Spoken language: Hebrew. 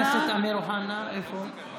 אוחנה, אינו